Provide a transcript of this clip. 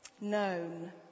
known